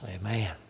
Amen